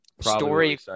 Story